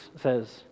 says